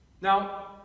Now